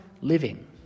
living